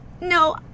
No